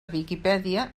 viquipèdia